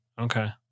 okay